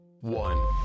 one